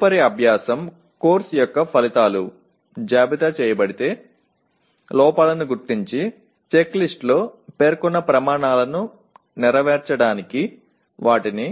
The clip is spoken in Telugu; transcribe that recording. తదుపరి అభ్యాసం కోర్సు యొక్క ఫలితాలు జాబితా చేయబడితే లోపాలను గుర్తించి చెక్లిస్ట్లో పేర్కొన్న ప్రమాణాలను నెరవేర్చడానికి వాటిని